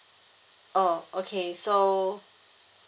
oh okay so